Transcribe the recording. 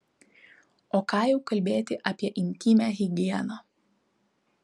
o ką jau kalbėti apie intymią higieną